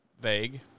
Vague